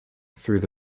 through